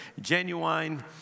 genuine